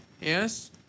Yes